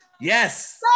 Yes